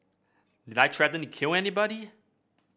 did I threaten to kill anybody